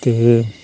ते